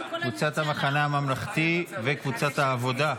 קבוצת המחנה הממלכתי וקבוצת העבודה.